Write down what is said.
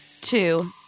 Two